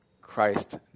Christ